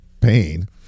pain